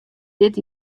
dit